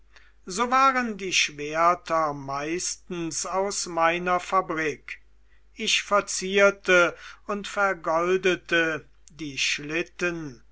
so waren die schwerter meistens aus meiner fabrik ich verzierte und vergoldete die schlitten